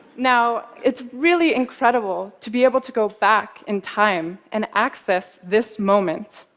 now, it's really incredible to be able to go back in time and access this moment.